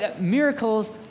Miracles